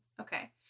Okay